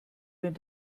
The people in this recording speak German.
wenn